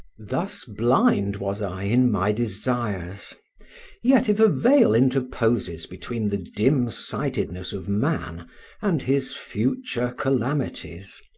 thus blind was i in my desires yet if a veil interposes between the dim-sightedness of man and his future calamities,